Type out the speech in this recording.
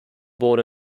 born